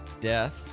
Death